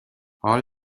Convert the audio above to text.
حال